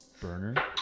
Burner